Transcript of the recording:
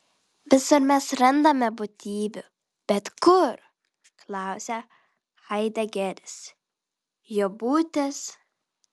visur mes randame būtybių bet kur klausia haidegeris jo būtis